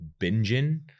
binging